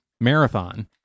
marathon